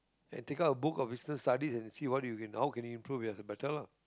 and take out a book of business studies and see what you can how can you improve better lah